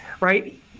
right